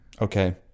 Okay